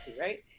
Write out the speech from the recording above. right